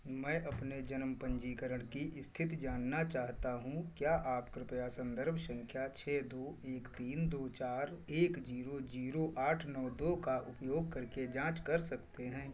मैं अपने जनम पंजीकरण की स्थिति जानना चाहता हूँ क्या आप कृपया संदर्भ संख्या छः दो एक तीन दो चार एक जीरो जीरो आठ नौ दो का उपयोग करके जाँच कर सकते हैं